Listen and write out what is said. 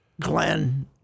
Glenn